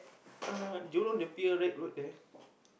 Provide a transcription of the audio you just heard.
uh Jurong the Pier-Red-Road there